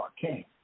came